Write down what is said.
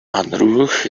unruh